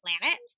planet